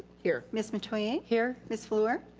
here. ms. metoyer. here. ms. fluor.